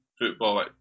football